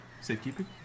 Safekeeping